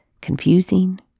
confusing